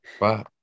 Wow